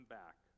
back